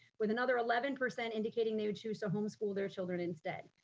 with another eleven percent indicating they choose to homeschool their children instead.